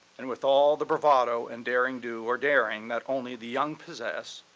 and with all the bravado and derring-do or daring that only the young possess,